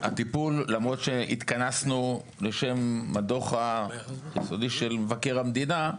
למרות שהתכנסנו לשם הדוח היסודי של מבקר המדינה,